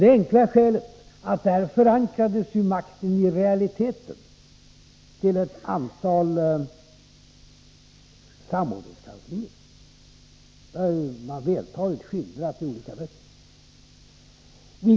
Det enkla skälet härtill är att där förankrades makten i realiteten till ett antal samordningskanslier. Det har vältaligt skildrats i olika böcker.